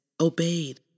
obeyed